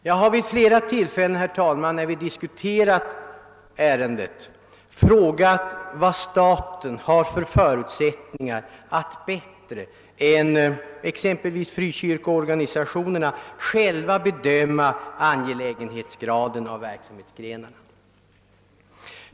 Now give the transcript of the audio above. Jag har vid flera tillfällen när vi diskuterat ärendet frågat vad staten har för förutsättningar att bättre än exempelvis frikyrkoorganisationerna själva bedöma angelägenhetsgraden av verksamhetsgrenarna.